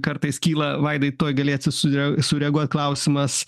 kartais kyla vaidai tuoj galėsi su sureaguot klausimas